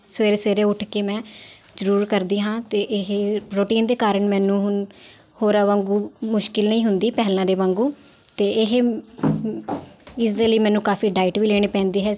ਸਵੇਰੇ ਸਵੇਰੇ ਉੱਠ ਕੇ ਮੈਂ ਜ਼ਰੂਰ ਕਰਦੀ ਹਾਂ ਅਤੇ ਇਹ ਪ੍ਰੋਟੀਨ ਦੇ ਕਾਰਨ ਮੈਨੂੰ ਹੁਣ ਹੋਰਾਂ ਵਾਂਗੂ ਮੁਸ਼ਕਿਲ ਨਹੀਂ ਹੁੰਦੀ ਪਹਿਲਾਂ ਦੇ ਵਾਂਗੂ ਅਤੇ ਇਹ ਇਸ ਦੇ ਲਈ ਮੈਨੂੰ ਕਾਫੀ ਡਾਈਟ ਵੀ ਲੈਣੀ ਪੈਂਦੀ ਹੈ